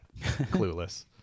clueless